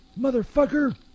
Motherfucker